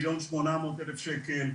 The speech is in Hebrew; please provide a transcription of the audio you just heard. מיליון שמונה מאות אלף שקל,